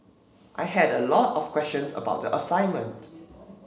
I had a lot of questions about the assignment